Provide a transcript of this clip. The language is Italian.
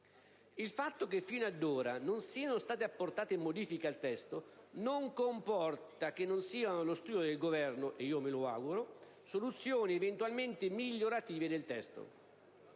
Il fatto che fino ad ora non siano state apportate modifiche al testo non comporta che non siano allo studio del Governo - e io me lo auguro - soluzioni eventualmente migliorative del testo: